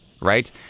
right